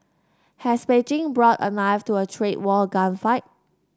has Beijing brought a knife to a trade war gunfight